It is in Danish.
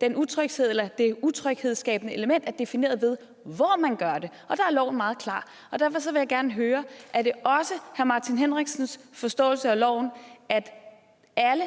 det. Det utryghedsskabende element er defineret ud fra, hvor man gør det. Der er loven meget klar. Derfor vil jeg gerne høre: Er det også hr. Martin Henriksens forståelse af loven, at alle,